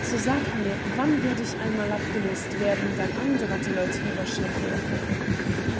so sag mir wann werd ich einmal abgelöst werden und ein anderer die leute überschiffen